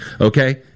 Okay